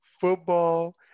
Football